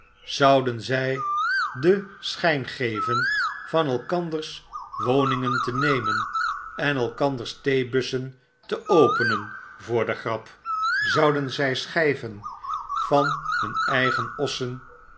zouden zij zich den schyn geven van elkanders woningen te nemen en elkanders theebussen te openen voor de grap zouden zy schijrai van hun eigen ossen